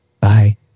Bye